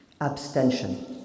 abstention